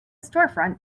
storefront